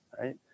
right